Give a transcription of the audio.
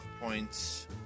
points